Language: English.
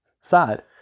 side